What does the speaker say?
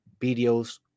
videos